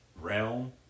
realm